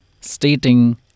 stating